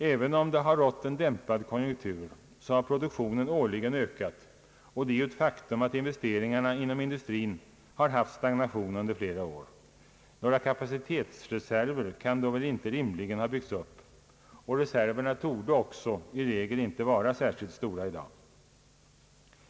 även om det har rått en dämpad konjunktur så har produktionen årligen ökat, och det är ju ett faktum att investeringarna inom inindustrin har visat stagnation under flera år. Några kapacitetsreserver kan då inte rimligen ha byggts upp och reserverna torde därför i regel inte vara särskilt stora i dag.